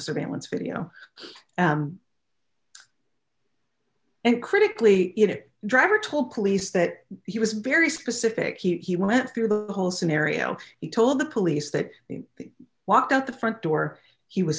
surveillance video and critically it driver told police that he was very specific he went through the whole scenario he told the police that he walked out the front door he was